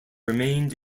remained